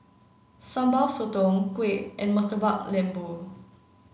Sambal Sotong Kuih and Murtabak Lembu